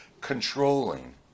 controlling